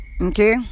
okay